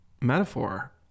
metaphor